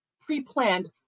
pre-planned